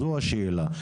זו השאלה.